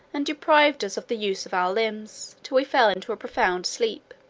and deprived us of the use of our limbs, till we fell into a profound sleep